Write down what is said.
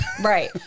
Right